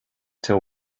till